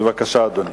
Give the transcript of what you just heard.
בבקשה, אדוני.